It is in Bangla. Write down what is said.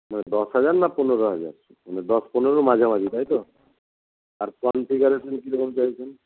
মানে দশ হাজার না পনেরো হাজার মানে দশ পনেরোর মাঝামাঝি তাই তো আর কনফিগারেশান কীরকম চাইছেন